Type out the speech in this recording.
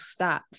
stats